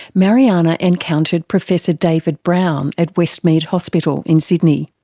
mariana encountered professor david brown at westmead hospital in sydney.